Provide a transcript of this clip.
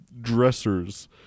dressers